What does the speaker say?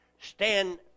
Stand